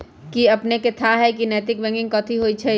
कि अपनेकेँ थाह हय नैतिक बैंकिंग कथि होइ छइ?